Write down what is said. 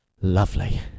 Lovely